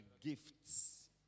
gifts